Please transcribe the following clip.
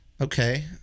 Okay